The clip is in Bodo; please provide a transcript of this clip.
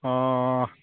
अह